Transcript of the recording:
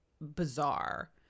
bizarre